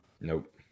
nope